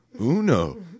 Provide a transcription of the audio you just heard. Uno